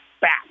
back